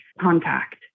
contact